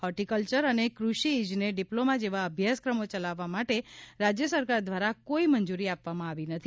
horticulture અને ક્રષિ ઇજનેર ડિપ્લોમા જેવા અભ્યાસક્રમો ચલાવવા માટે રાજય સરકાર દ્વારા કોઇ મંજૂરી આપવામાં આવી નથી